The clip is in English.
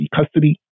custody